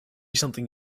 something